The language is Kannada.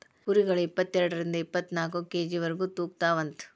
ಕುರಿಗಳ ಇಪ್ಪತೆರಡರಿಂದ ಇಪ್ಪತ್ತನಾಕ ಕೆ.ಜಿ ವರೆಗು ತೂಗತಾವಂತ